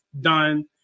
done